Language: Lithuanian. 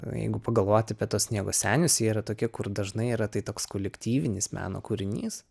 jeigu pagalvoti apie tuos sniego senius jie yra tokie kur dažnai yra tai toks kolektyvinis meno kūrinys